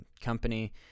company